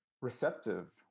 receptive